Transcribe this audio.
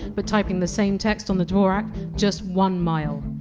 but typing the same text on the dvorak just one mile.